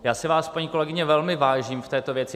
Já si vás, paní kolegyně, velmi vážím v této věci.